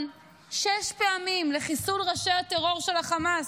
שש פעמים לחיסול ראשי הטרור של החמאס,